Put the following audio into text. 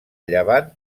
llevant